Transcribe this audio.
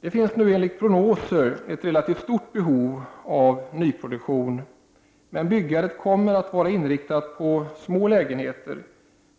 Det finns nu enligt prognoser ett relativt stort behov av nyproduktion, men byggandet kommer att vara inriktat på små lägenheter.